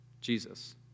Jesus